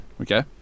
Okay